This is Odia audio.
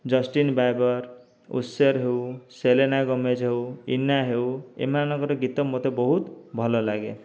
ଜଷ୍ଟିନ ବାଇବର ଓସିଆର ହେଉ ସେଲେନା ଗୋମେଜ ହେଉ ଇନା ହେଉ ଏ ମାନଙ୍କର ଗୀତ ମୋତେ ବହୁତ ଭଲ ଲାଗେ